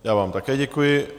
Já vám také děkuji.